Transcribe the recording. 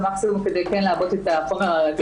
המקסימום כדי לעבות את החומר הראייתי.